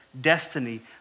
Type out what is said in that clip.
destiny